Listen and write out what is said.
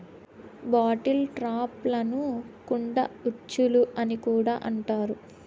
bottle ట్రాప్లను కుండ ఉచ్చులు అని కూడా అంటారు